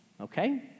okay